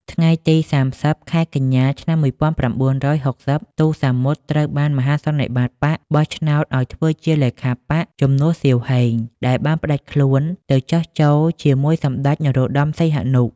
ថ្ងៃទី៣០ ខែកញ្ញា ឆ្នាំ១៩៦០ ទូ សាមុត ត្រូវបានមហាសន្និបាតបក្សបោះឆ្នោតឱ្យធ្វើជាលេខាបក្ស ជំនួស សៀវ ហេង ដែលបានផ្តាច់ខ្លួនទៅចុះចូលជាមួយសម្តេច នរោត្តម សីហនុ។